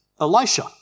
Elisha